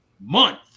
month